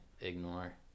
ignore